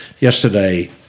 Yesterday